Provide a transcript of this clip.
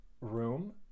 room